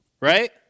right